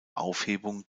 aufhebung